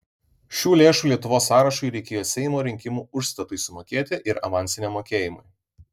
šių lėšų lietuvos sąrašui reikėjo seimo rinkimų užstatui sumokėti ir avansiniam mokėjimui